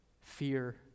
Fear